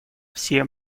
все